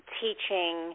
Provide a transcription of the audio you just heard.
teaching